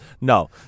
no